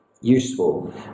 useful